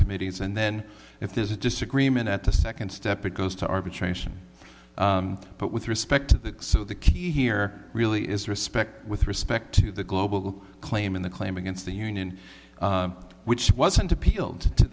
meetings and then if there's a disagreement at the second step it goes to arbitration but with respect to the so the key here really is respect with respect to the global claim in the claim against the union which wasn't appealed to